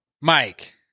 Mike